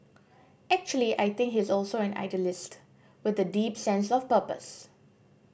actually I think he is also an idealist with a deep sense of purpose